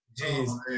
Jeez